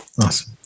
Awesome